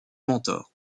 mentor